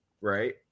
Right